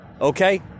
okay